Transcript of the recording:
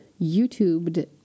YouTubed